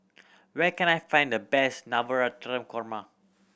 where can I find the best Navratan Korma